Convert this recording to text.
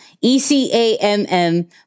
E-C-A-M-M